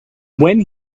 when